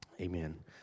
amen